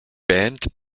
band